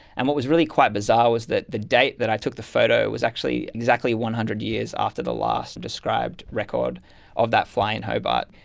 and what was really quite bizarre was that the date that i took the photo was actually exactly one hundred years after the last described record of that fly in hobart.